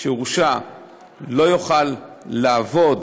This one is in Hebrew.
שהורשע לא יוכל לעבוד